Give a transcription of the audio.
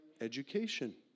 education